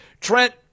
Trent